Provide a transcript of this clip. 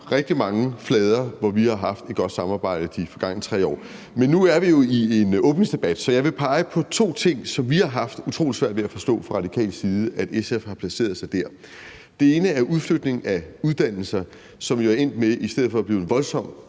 rigtig mange flader, hvor vi har haft et godt samarbejde de forgangne 3 år. Men nu er vi jo i en åbningsdebat, så jeg vil pege på to områder, hvor vi fra radikal side har haft utrolig svært ved at forstå SF's placering. Det ene er udflytningen af uddannelser, som jo i stedet er endt med at blive en voldsom